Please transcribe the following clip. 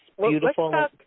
beautiful